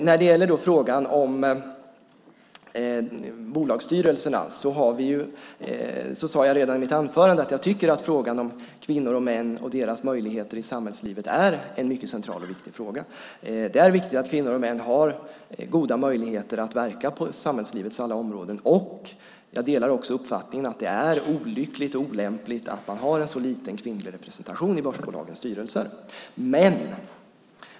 När det gäller frågan om bolagsstyrelserna sade jag redan i mitt anförande att jag tycker att frågan om kvinnor och män och deras möjligheter i samhällslivet är en mycket central och viktig fråga. Det är viktigt att kvinnor och män har goda möjligheter att verka på samhällslivets alla områden, och jag delar också uppfattningen att det är olyckligt och olämpligt att man har en så liten kvinnlig representation i börsbolagens styrelser.